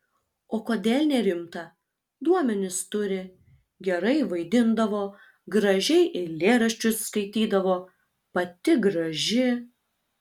o kodėl nerimta duomenis turi gerai vaidindavo gražiai eilėraščius skaitydavo pati graži